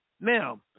Now